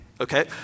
okay